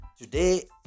Today